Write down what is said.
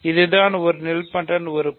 இதுதான் ஒரு நீல்பொடென்ட் உறுப்பு